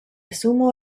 sumo